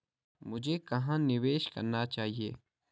मुझे कहां निवेश करना चाहिए?